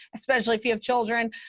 especially if you have children.